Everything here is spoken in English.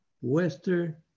Western